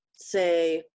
say